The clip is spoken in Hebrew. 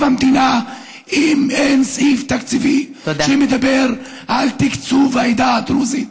המדינה אם אין סעיף תקציבי שמדבר על תקצוב העדה הדרוזית